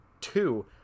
two